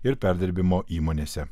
ir perdirbimo įmonėse